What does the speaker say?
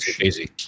Easy